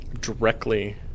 Directly